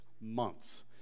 months